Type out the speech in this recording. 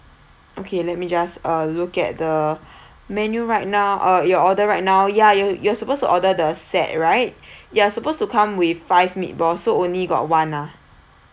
okay let me just uh look at the menu right now uh your order right now ya you're supposed to order the set right they're supposed to come with five meatballs so only got one ah